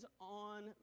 on